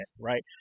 right